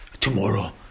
tomorrow